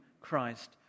Christ